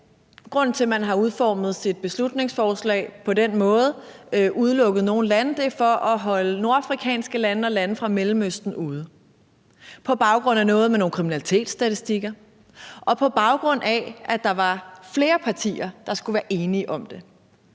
grunden til, at man har udformet sit beslutningsforslag på den måde – udelukket nogle lande – er, at man vil holde nordafrikanske lande og lande fra Mellemøsten ude på baggrund af noget med nogle kriminalitetsstatistikker, og at der var flere partier, der skulle være enige om det.